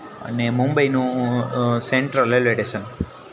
અને મુંબઈનું central railway station